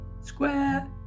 square